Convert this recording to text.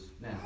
now